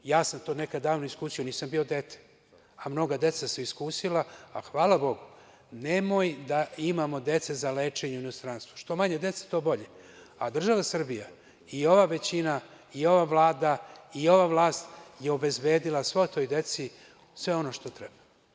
Ja sam to nekada davno iskusio, nisam bio dete, a mnoga deca su iskusila, a hvala Bogu nemoj da imamo dece za lečenje u inostranstvu, što manje dece, to bolje, a država Srbija i ova većina i ova Vlada i ova vlast je obezbedila svoj toj deci sve ono što treba.